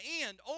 end